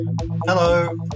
Hello